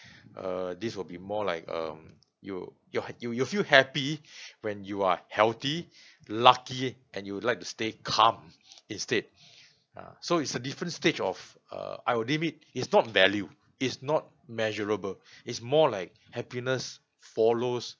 err this will be more like um you you're you you feel happy when you are healthy lucky and you'll like to stay calm instead uh so it's a different stage of uh I will deem it is not value is not measurable is more like happiness follows